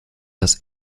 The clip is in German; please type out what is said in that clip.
das